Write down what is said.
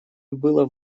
было